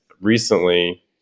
Recently